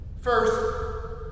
First